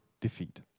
Defeat